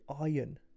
iron